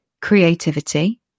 creativity